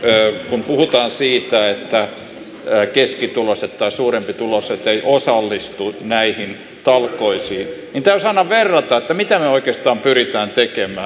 kun puhutaan siitä että keskituloiset tai suurempituloiset eivät osallistu näihin talkoisiin niin täytyisi aina verrata mitä me oikeastaan pyrimme tekemään